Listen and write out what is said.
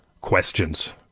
questions